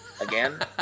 again